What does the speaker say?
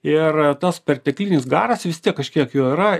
ir tas perteklinis garas vis tiek kažkiek jo yra